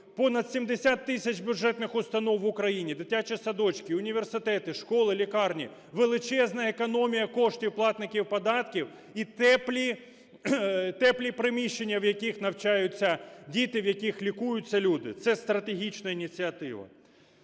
Понад 70 тисяч бюджетних установ в Україні – дитячі садочки, університети, школи лікарні, величезна економія коштів платників податків і теплі приміщення, в яких навчаються діти, в яких лікуються люди – це стратегічна ініціатива.